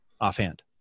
offhand